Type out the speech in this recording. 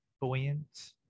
buoyant